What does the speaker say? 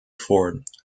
ford